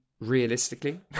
realistically